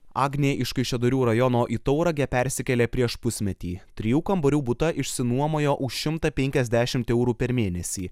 agnė iš kaišiadorių rajono į tauragę persikėlė prieš pusmetį trijų kambarių butą išsinuomojo už šimtą penkiasdešimt eurų per mėnesį